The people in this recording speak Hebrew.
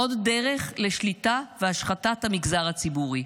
עוד דרך לשליטה והשחתת המגזר הציבורי,